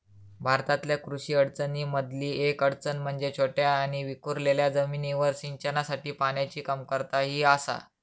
भारतातल्या कृषी अडचणीं मधली येक अडचण म्हणजे छोट्या आणि विखुरलेल्या जमिनींवर सिंचनासाठी पाण्याची कमतरता ही आसा